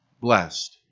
blessed